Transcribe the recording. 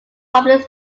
public